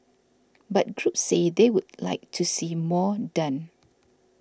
but groups say they would like to see more done